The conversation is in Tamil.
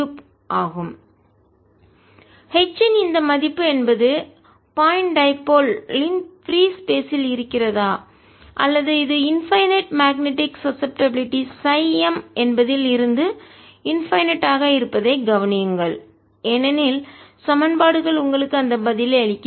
rr mr3 H இன் இந்த மதிப்பு என்பது பாயிண்ட் டைபோல் புள்ளி இருமுனை யின் பிரீ ஸ்பேஸ் இல் இருக்கிறதா அல்லது அது இன்பைநெட் மேக்னெட்டிக் சசப்டப்பிளிட்டி M என்பதில் இருந்து இன்டிபென்டென்ட் ஆக இருப்பதை கவனியுங்கள் ஏனெனில் சமன்பாடுகள் உங்களுக்கு அந்த பதிலை அளிக்கின்றன